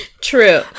True